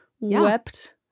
Wept